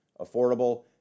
affordable